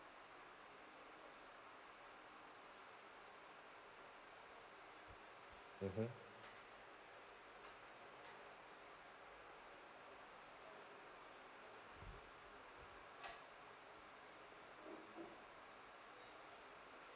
mmhmm